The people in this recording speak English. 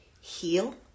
heal